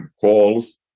calls